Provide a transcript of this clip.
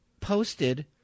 posted